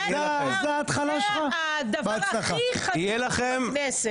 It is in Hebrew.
זה הדבר הכי חשוב בכנסת,